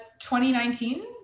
2019